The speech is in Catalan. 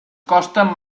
costen